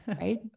right